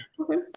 Okay